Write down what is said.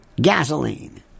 gasoline